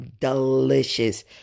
delicious